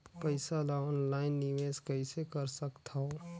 पईसा ल ऑनलाइन निवेश कइसे कर सकथव?